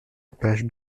page